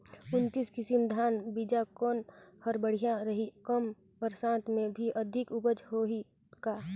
उन्नत किसम धान बीजा कौन हर बढ़िया रही? कम बरसात मे भी अधिक उपज होही का?